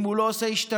אם הוא לא עושה השתלמות,